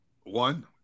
One